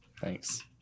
Thanks